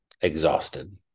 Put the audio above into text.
exhausted